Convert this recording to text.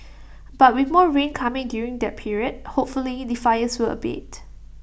but with more rain coming during that period hopefully the fires will abate